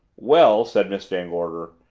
well, said miss van gorder,